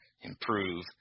improve